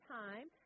time